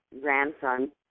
grandson